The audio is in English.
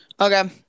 Okay